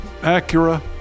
Acura